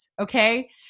Okay